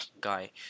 guy